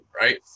right